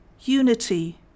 unity